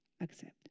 accept